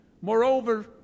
Moreover